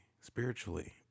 spiritually